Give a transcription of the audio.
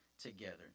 Together